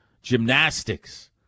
gymnastics